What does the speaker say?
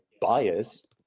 buyers